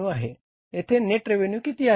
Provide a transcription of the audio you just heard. येथे net revenue किती आहे